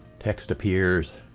text appears,